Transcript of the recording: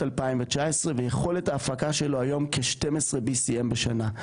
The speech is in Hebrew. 2019 ויכולת ההפקה שלו היום כ-BCM12 בשנה.